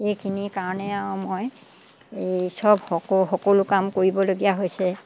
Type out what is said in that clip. এইখিনিৰ কাৰণে আৰু মই এই চব সকলো কাম কৰিবলগীয়া হৈছে